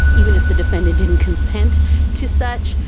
even if the defendant didn't consent to search.